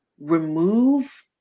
remove